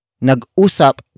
Nag-usap